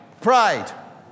Pride